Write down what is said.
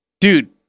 Dude